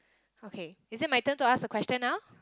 okay is it my turn to ask a question now